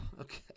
Okay